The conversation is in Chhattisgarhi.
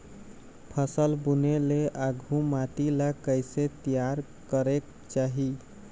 फसल बुने ले आघु माटी ला कइसे तियार करेक चाही?